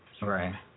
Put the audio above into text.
Right